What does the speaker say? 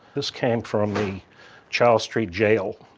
this came from the charles street jail.